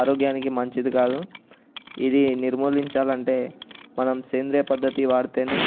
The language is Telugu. ఆరోగ్యానికి మంచిది కాదు ఇది నిర్మూలించాలి అంటే మనం సేంద్రీయ పద్ధతి వాడితే